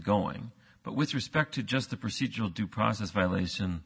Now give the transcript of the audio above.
going but with respect to just the procedural due process violation